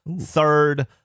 third